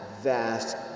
vast